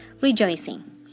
rejoicing